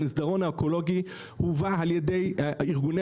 המסדרון האקולוגי הובא על ידי ארגוני